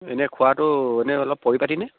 এনেই খোৱাটো এনেই অলপ পৰিপাতিনে